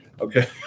Okay